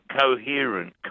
coherent